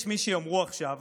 יש מי שיאמרו עכשיו